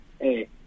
hey